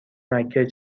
مکه